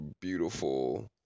beautiful